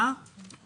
מה זה ירושלים?